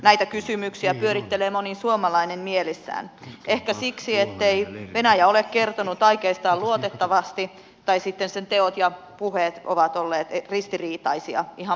näitä kysymyksiä pyörittelee moni suomalainen mielessään ehkä siksi ettei venäjä ole kertonut aikeistaan luotettavasti tai sitten sen teot ja puheet ovat olleet ristiriitaisia ihan maallikonkin silmin